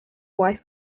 wife